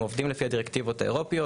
הם עובדים לפי הדירקטיבות האירופיות.